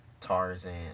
Tarzan